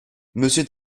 monsieur